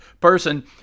person